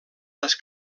les